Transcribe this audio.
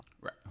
Right